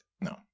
No